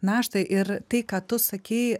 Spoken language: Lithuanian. naštą ir tai ką tu sakei